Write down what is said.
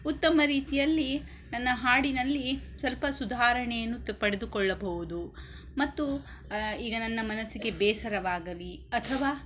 ಉತ್ತಮ ರೀತಿಯಲ್ಲಿ ನನ್ನ ಹಾಡಿನಲ್ಲಿ ಸ್ವಲ್ಪ ಸುಧಾರಣೆಯನ್ನು ಪಡೆದುಕೊಳ್ಳಬಹುದು ಮತ್ತು ಈಗ ನನ್ನ ಮನಸ್ಸಿಗೆ ಬೇಸರವಾಗಲಿ ಅಥವಾ